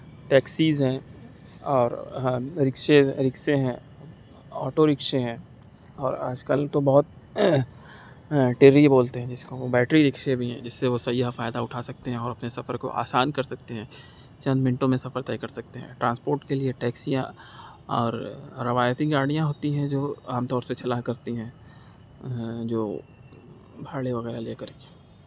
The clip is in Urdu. ٹیکسیز ہیں اور رکشیز رکشے ہیں آٹو رکشے ہیں اور آج کل تو بہت ٹرّی بولتے ہیں جس کو بیٹری رکشے بھی ہیں جس سے وہ سیاح فائدہ اٹھا سکتے ہیں اور اپنے سفر کو آسان کر سکتے ہیں چند منٹوں میں سفر طے کر سکتے ہیں ٹرانسپورٹ کے لیے ٹیکسیاں اور روایتی گاڑیاں ہوتی ہیں جو عام طور سے چلا کرتی ہیں جو بھاڑے وغیرہ لے کر کے